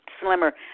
slimmer